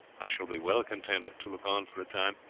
i shall be well content to look on for a time.